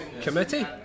Committee